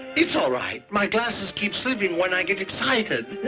it's all right. my glasses keep slipping when i get excited.